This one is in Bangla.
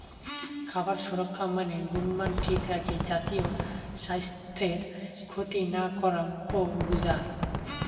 খাবার সুরক্ষা মানে গুণমান ঠিক রাখি জাতীয় স্বাইস্থ্যর ক্ষতি না করাং ও বুঝায়